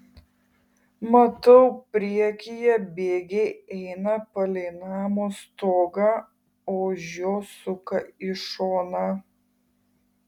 matau priekyje bėgiai eina palei namo stogą o už jo suka į šoną